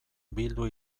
bildu